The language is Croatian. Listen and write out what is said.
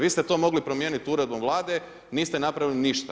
Vi ste to mogli promijenit uredbom vlade, niste napravili ništa.